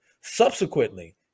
Subsequently